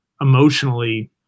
emotionally